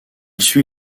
suit